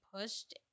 pushed